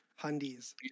Hundies